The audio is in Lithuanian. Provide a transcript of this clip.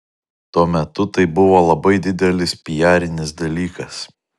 tuo metu tai buvo labai didelis piarinis dalykas